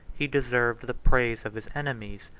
he deserved the praise of his enemies,